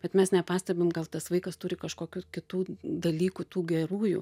bet mes nepastebim gal tas vaikas turi kažkokių kitų dalykų tų gerųjų